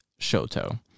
Shoto